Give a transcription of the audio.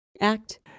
act